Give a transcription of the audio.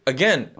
Again